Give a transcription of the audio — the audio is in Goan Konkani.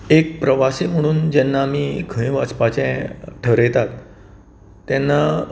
एक प्रवासी म्हणून जेन्ना आमी खंय वचपाचे थारयतात तेन्ना